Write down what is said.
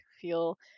feel